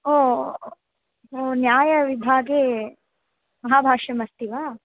ओ ओ न्यायविभागे महाभाष्यम् अस्ति वा